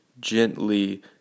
gently